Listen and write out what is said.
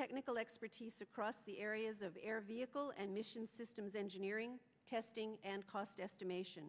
technical expertise across the areas of air vehicle and mission systems engineering testing and cost estimation